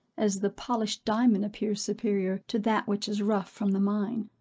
as the polished diamond appears superior to that which is rough from the mine.